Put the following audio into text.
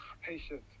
patience